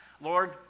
Lord